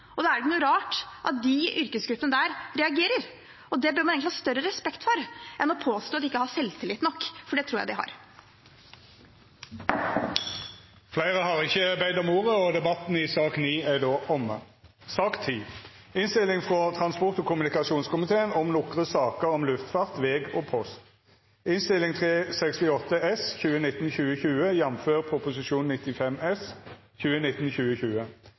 Da er det ikke noe rart at de yrkesgruppene reagerer. Det bør man ha større respekt for enn å påstå at de ikke har nok selvtillit, for det tror jeg de har. Fleire har ikkje bedt om ordet til sak nr. 9. Etter ynske frå transport- og kommunikasjonskomiteen vil presidenten ordna debatten